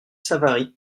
savary